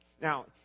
Now